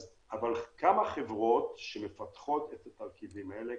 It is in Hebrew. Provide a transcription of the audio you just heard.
כמה חברות שמפתחות את התרכיבים האלה,